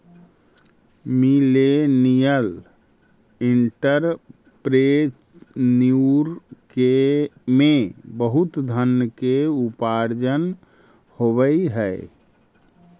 millennial entrepreneur में बहुत धन के उपार्जन होवऽ हई